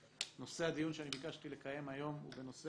18'. הדיון שאני ביקשתי לקיים היום הוא בנושא